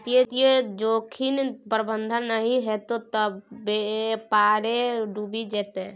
वित्तीय जोखिम प्रबंधन नहि हेतौ त बेपारे डुबि जेतौ